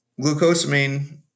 glucosamine